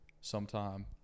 sometime